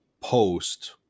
post